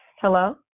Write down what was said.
Hello